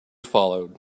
followed